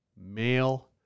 male